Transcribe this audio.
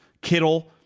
Kittle